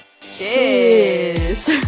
cheers